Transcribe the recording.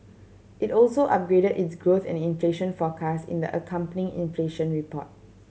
it also upgraded its growth and inflation forecast in the accompanying inflation report